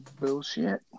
Bullshit